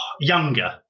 Younger